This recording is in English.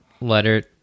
letter